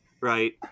right